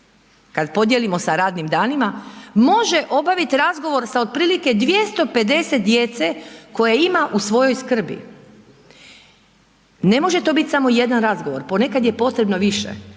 kad podijelimo sa radnim danima, može obavit razgovor sa otprilike 250 djece koje ima u svojoj skrbi. Ne može to biti samo jedan razgovor, ponekad je potrebno više,